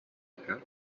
yapıyor